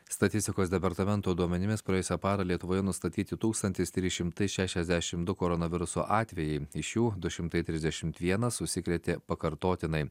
statistikos departamento duomenimis praėjusią parą lietuvoje nustatyti tūkstantis trys šimtai šešiasdešim du koronaviruso atvejai iš jų du šimtai trisdešimt vienas užsikrėtė pakartotinai